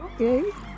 Okay